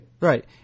Right